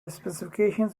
specifications